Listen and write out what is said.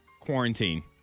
quarantine